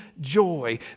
joy